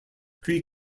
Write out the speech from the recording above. cree